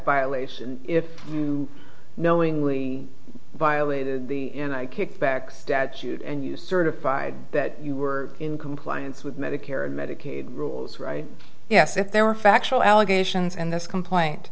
violation if you knowingly violated the kickbacks statute and you certified that you were in compliance with medicare and medicaid rules right yes if there were factual allegations in this complaint